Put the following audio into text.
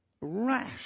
rash